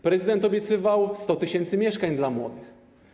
Prezydent obiecywał 100 tys. mieszkań dla młodych.